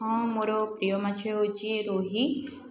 ହଁ ମୋର ପ୍ରିୟ ମାଛ ହେଉଛି ରୋହୀ